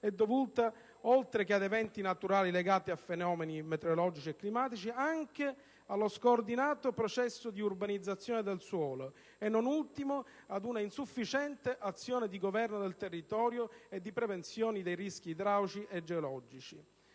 è dovuta, oltre che ad eventi naturali legati a fenomeni meteorologici e climatici, anche allo scoordinato processo di urbanizzazione del suolo e, non ultimo, ad una insufficiente azione di governo del territorio e di prevenzione dei rischi idraulici e geologici.